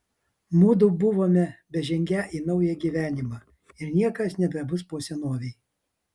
mudu buvome bežengią į naują gyvenimą ir niekas nebebus po senovei